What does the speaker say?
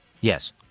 Yes